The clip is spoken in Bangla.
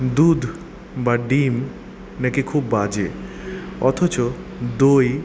দুধ বা ডিম নাকি খুব বাজে অথচ দই